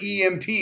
EMP